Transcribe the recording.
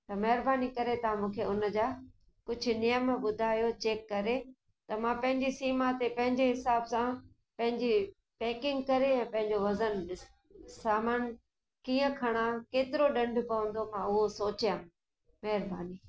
त महिरबानी करे तव्हां मूंखे उनजा कुझु नियम ॿुधायो चैक करे त मां पंहिंजी सीमा ते पंहिंजे हिसाब सां पंहिंजी पैकिंग करे ऐं पंहिंजो वज़न ड सामान कीअं खणा केतिरो ॾंडु पवंदो मां उहो सोचियां महिरबानी